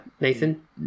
Nathan